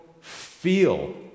feel